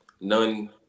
None